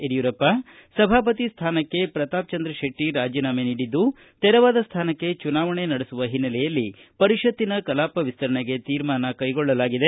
ಯಡಿಯೂರಪ್ಪ ಅವರು ಸಭಾಪತಿ ಸ್ವಾನಕ್ಕೆ ಪ್ರತಾಪ್ಚಂದ್ರ ಶೆಟ್ಟಿ ರಾಜನಾಮಿ ನೀಡಿದ್ದು ತೆರವಾದ ಸ್ಥಾನಕ್ಕೆ ಚುನಾವಣೆ ನಡೆಸುವ ಹಿನ್ನೆಲೆಯಲ್ಲಿ ಪರಿಷತ್ತಿನ ಕಲಾಪ ವಿಸ್ತರಣೆಗೆ ತೀರ್ಮಾನ ಕೈಗೊಳ್ಳಲಾಗಿದೆ